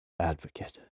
advocate